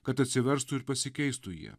kad atsiverstų ir pasikeistų jie